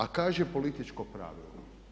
A kaže političko pravilo.